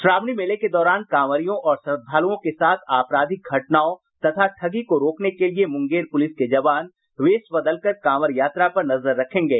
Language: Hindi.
श्रावणी मेले के दौरान कांवरियों और श्रद्धालुओं के साथ आपराधिक घटनाओं तथा ठगी को रोकने के लिये मुंगेर पुलिस के जवान वेष बदलकर कांवर यात्रा पर नजर रखेंगे